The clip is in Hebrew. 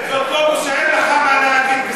זה עוד לא אומר שאין לך מה להגיד.